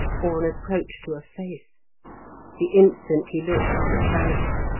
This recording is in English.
or an approach to a face the instant he looked it vanished.